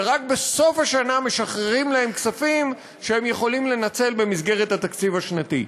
ורק בסוף השנה משחררים להם כספים שהם יכולים לנצל במסגרת התקציב השנתי.